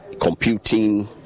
computing